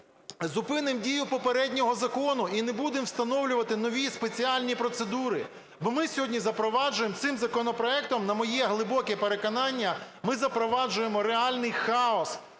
зупинимо дію попереднього закону і не будемо встановлювати нові спеціальні процедури. Бо ми сьогодні запроваджуємо цим законопроектом, на моє глибоке переконання, ми